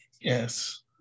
Yes